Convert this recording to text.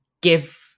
give